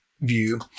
view